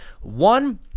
One